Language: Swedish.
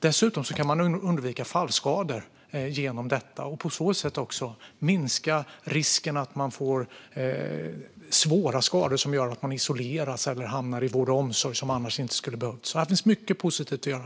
Dessutom kan man undvika fallskador genom detta och på så sätt också minska risken för svåra skador som gör att man isoleras eller behöver vård och omsorg som annars inte skulle ha behövts. Det finns mycket positivt att göra.